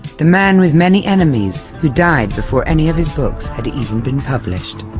the man with many enemies, who died before any of his books had even been published.